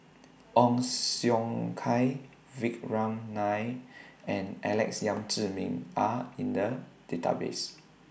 Ong Siong Kai Vikram Nair and Alex Yam Ziming Are in The Database